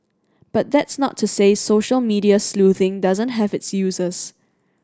but that's not to say social media sleuthing doesn't have its uses